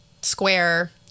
square